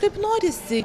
taip norisi